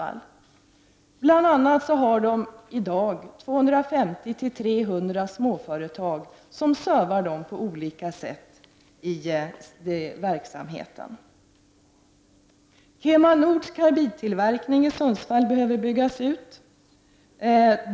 Det finns i dag bl.a. 250-300 småföretag som på olika sätt servar GA-metall i sin verksamhet. KemaNords karbidtillverkning i Sundsvall behöver byggas ut.